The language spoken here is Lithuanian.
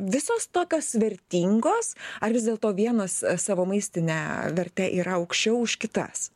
visos tokios vertingos ar vis dėlto vienos savo maistine verte yra aukščiau už kitas